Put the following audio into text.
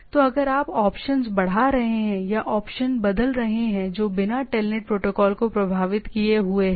तो अगर आप ऑप्शन बढ़ा रहे हैं या ऑप्शन बदल रहे हैं जो बिना टेलनेट प्रोटोकॉल को प्रभावित किए हुए है